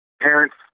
parents